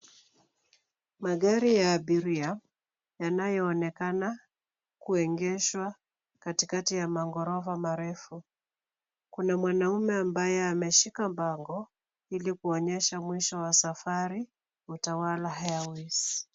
Magari ya abiria yanayoonekana kuegeshwa katikati ya maghorofa marefu. Kuna mwanaume ambaye ameshika bango ili kuonyesha mwisho wa safari Utawala Airways.